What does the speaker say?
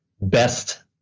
best